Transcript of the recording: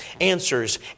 answers